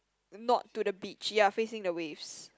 not to the beach ya facing the waves